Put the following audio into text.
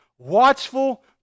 watchful